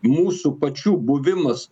mūsų pačių buvimas